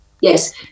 yes